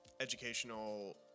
educational